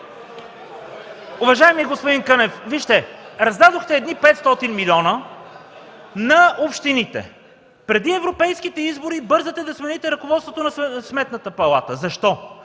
Уважаеми господин Кънев, вижте, раздадохте едни 500 милиона на общините. Преди европейските избори бързате да смените ръководството на Сметната палата. Защо?